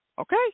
okay